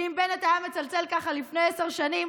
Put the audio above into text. כי אם בנט היה מצלצל ככה לפני עשר שנים,